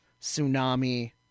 tsunami